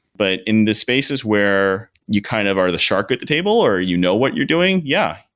but in the spaces where you kind of are the shark at the table or you know what you're doing, yeah.